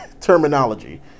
terminology